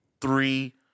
three